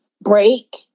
break